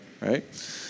right